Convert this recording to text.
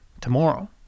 tomorrow